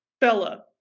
Bella